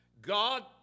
God